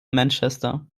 manchester